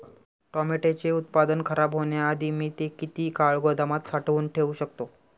टोमॅटोचे उत्पादन खराब होण्याआधी मी ते किती काळ गोदामात साठवून ठेऊ शकतो?